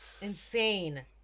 Insane